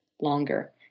longer